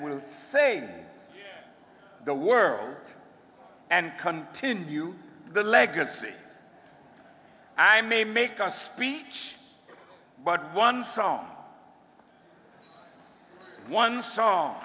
will save the world and continue the legacy i may make a speech but one song one song